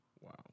Wow